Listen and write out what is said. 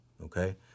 okay